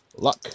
luck